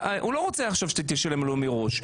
הוא לא רוצה שעכשיו תשלם לו מראש.